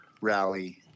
Rally